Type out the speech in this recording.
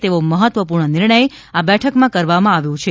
તેવો મહત્વપૂર્ણ નિર્ણય આ બેઠકમાં કરવામાં આવ્યો છે